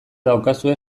daukazue